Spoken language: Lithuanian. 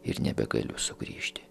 ir nebegaliu sugrįžti